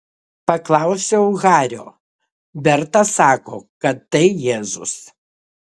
paklausiau hario berta sako kad tai jėzus